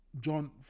John